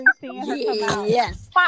Yes